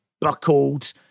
buckled